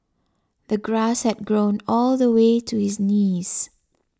the grass had grown all the way to his knees